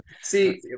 See